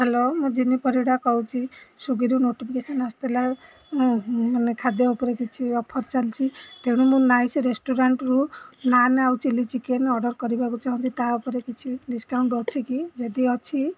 hello ମୁଁ ଜିନି ପରିଡ଼ା କହୁଛି ସ୍ଵିଗିରୁ ନୋଟିଫିକେସନ୍ ଆସିଥିଲା ମାନେ ଖାଦ୍ୟ ଉପରେ କିଛି ଅଫର୍ ଚାଲିଛି ତେଣୁ ମୁଁ ନାଇସ୍ ରେଷ୍ଟୁରାଣ୍ଟ୍ରୁ ନାନ୍ ଆଉ ଚିଲ୍ଲି ଚିକେନ୍ ଅର୍ଡ଼ର୍ କରିବାକୁ ଚାହୁଁଛି ତା ଉପରେ କିଛି ଡିସ୍କାଉଣ୍ଟ୍ ଅଛି କି ଯଦି ଅଛି